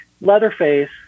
Leatherface